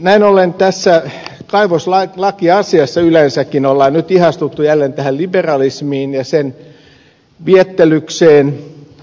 näin ollen tässä kaivoslakiasiassa yleensäkin on nyt ihastuttu jälleen liberalismiin ja sen viettelykseen